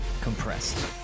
Compressed